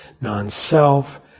non-self